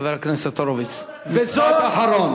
חבר הכנסת הורוביץ, עוד דקה, וזאת, משפט אחרון.